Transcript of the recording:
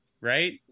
right